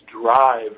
drive